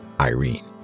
Irene